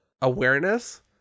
awareness